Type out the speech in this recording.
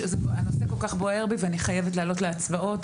הנושא כל כך בוער בי ואני חייבת לעלות להצבעות.